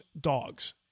dogs